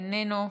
איננו,